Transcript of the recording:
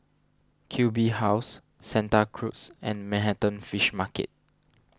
Q B House Santa Cruz and Manhattan Fish Market